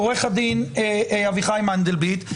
עורך הדין אביחי מנדלבליט.